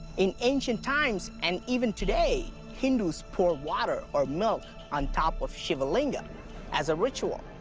in ancient times, and even today, hindus pour water or milk on top of shiva linga as a ritual.